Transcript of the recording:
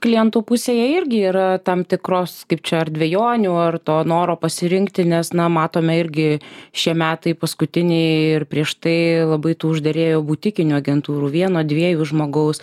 klientų pusėje irgi yra tam tikros kaip čia ar dvejonių ar to noro pasirinkti nes na matome irgi šie metai paskutiniai ir prieš tai labai tų užderėjo butikinių agentūrų vieno dviejų žmogaus